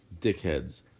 dickheads